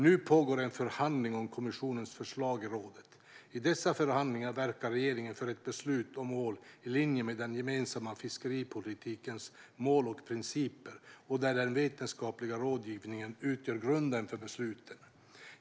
Nu pågår förhandling om kommissionens förslag i rådet. I dessa förhandlingar verkar regeringen för ett beslut om ål i linje med den gemensamma fiskeripolitikens mål och principer och där den vetenskapliga rådgivningen utgör grunden för besluten.